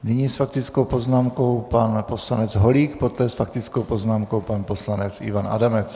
Nyní s faktickou poznámkou pan poslanec Holík, poté s faktickou poznámkou pan poslanec Ivan Adamec.